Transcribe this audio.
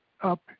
up